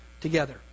together